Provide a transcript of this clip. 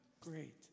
Great